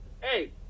Hey